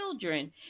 children